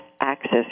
access